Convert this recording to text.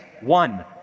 one